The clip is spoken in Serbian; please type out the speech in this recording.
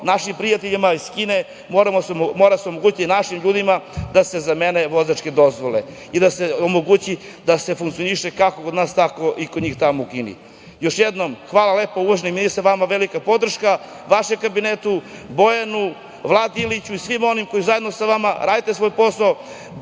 našim prijateljima iz Kine i našim ljudima moramo omogućiti da se zamene vozačke dozvole i da se omogući funkcionisanje kako kod nas, tako i kod njih u Kini. Još jednom, hvala lepo. Uvaženi ministre, vama velika podrška, vašem kabinetu, Bojanu, Vladi Iliću i svima onima koji zajedno sa vama rade svoj posao.